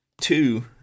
Two